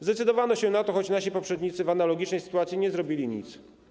Zdecydowano się na to, choć nasi poprzednicy w analogicznej sytuacji nie zrobili nic.